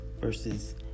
versus